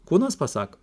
kūnas pasako